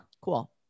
Cool